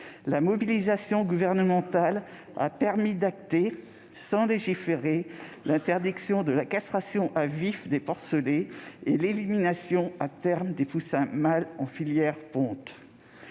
la mobilisation gouvernementale a permis d'acter, sans légiférer, l'interdiction de la castration à vif des porcelets et de l'élimination à terme des poussins mâles dans la filière pondeuse.